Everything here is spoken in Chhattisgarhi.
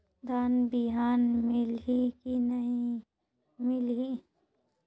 धान बिहान मिलही की नी मिलही?